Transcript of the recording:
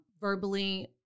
verbally